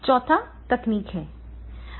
चौथा तकनीक है